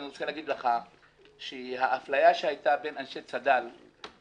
אני רוצה להגיד לך שהאפליה שהייתה בין אנשי צד"ל היא